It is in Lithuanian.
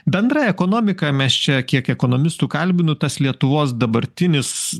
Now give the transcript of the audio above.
bendrai ekonomika mes čia kiek ekonomistų kalbinu tas lietuvos dabartinis